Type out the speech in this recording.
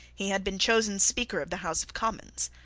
he had been chosen speaker of the house of commons.